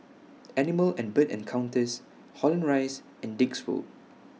Animal and Bird Encounters Holland Rise and Dix Road